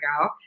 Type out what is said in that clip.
go